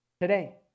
Today